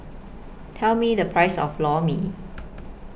Tell Me The Price of Lor Mee